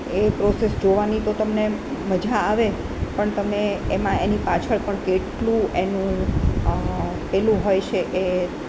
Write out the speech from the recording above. એ process જોવાની તો તમને મજા આવે પણ તમે એમાં એની પાછળ પણ કેટલું એનું પેલું હોય છે એ